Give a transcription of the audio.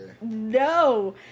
no